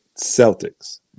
Celtics